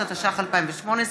בעד, 28,